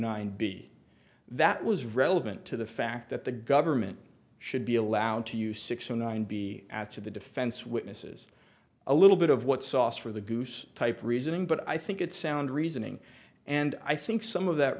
nine b that was relevant to the fact that the government should be allowed to use six to nine be asked to the defense witnesses a little bit of what's sauce for the goose type reasoning but i think it's sound reasoning and i think some of that